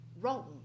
wrong